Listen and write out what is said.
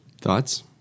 Thoughts